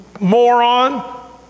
Moron